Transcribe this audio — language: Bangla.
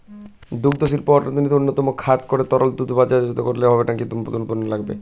দুগ্ধশিল্পকে অর্থনীতির অন্যতম খাত করতে তরল দুধ বাজারজাত করলেই হবে নাকি নতুন পণ্য লাগবে?